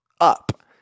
up